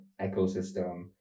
ecosystem